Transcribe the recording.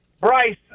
Bryce